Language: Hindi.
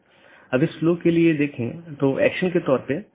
एक यह है कि कितने डोमेन को कूदने की आवश्यकता है